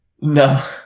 No